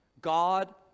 God